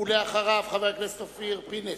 אחריו, חבר הכנסת אופיר פינס.